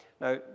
Now